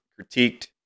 critiqued